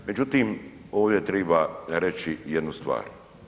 Međutim, ovdje treba reći jednu stvar.